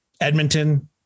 Edmonton